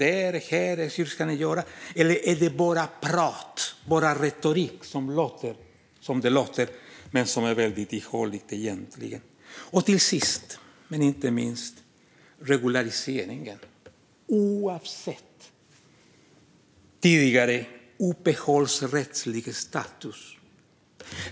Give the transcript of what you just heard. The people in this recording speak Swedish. Eller är detta bara prat och retorik som är väldigt ihålig egentligen? Sist med inte minst har vi detta med regularisering oavsett tidigare uppehållsrättslig status.